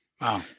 wow